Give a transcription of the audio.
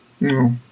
No